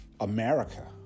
America